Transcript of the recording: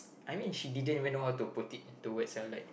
I mean she didn't even know how to put into words ah like